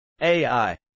AI